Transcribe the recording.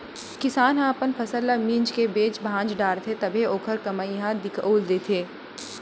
किसान ह अपन फसल ल मिंज के बेच भांज डारथे तभे ओखर कमई ह दिखउल देथे